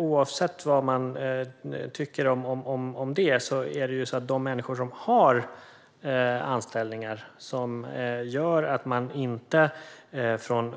Oavsett vad man tycker om det är det så att de människor som har anställningar som gör att de inte